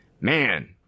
man